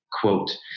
Quote